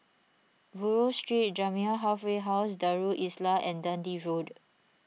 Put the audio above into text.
Buroh Street Jamiyah Halfway House Darul Islah and Dundee Road